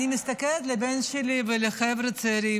אני מסתכלת על הבן שלי ועל החבר'ה הצעירים,